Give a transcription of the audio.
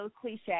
cliche